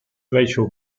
rachel